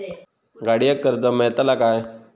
गाडयेक कर्ज मेलतला काय?